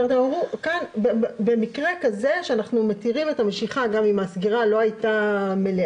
הם רצו להגביל את סכום המשיכה במקרה שבו הסגירה לא הייתה מלאה.